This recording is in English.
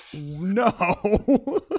no